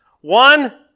One